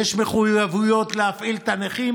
יש מחויבויות להפעיל את הנכים.